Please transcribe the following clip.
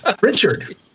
Richard